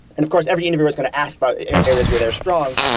and of course, every interviewer is going to ask about areas where they're strong,